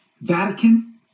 Vatican